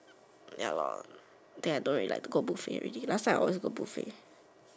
ya lor think I don't really like to go buffet already last time I always like to go buffet